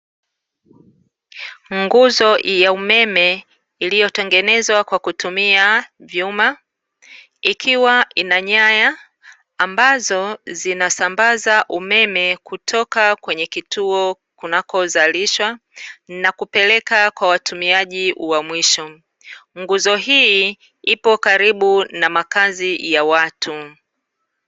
Nguzo ya umeme iliyotengenezwa kwa kutumia vyuma, ikiwa ina nyaya ambazo zinasambaza umeme kutoka kwenye kituo kunakozalishwa na kuepeleka kwa watumiaji wa mwisho, nguzo hii ipo karibu na makazi ya watu.